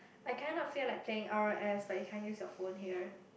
I kind of feel like playing r_o_s but you can't use your phone here